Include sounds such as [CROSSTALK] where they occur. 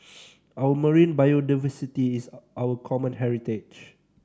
[NOISE] our marine biodiversity is our common heritage